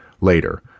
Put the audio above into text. later